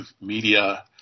media